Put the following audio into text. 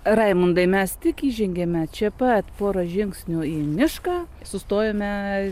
raimundai mes tik įžengėme čia pat porą žingsnių į mišką sustojome